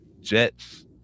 Jets